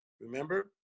remember